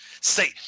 say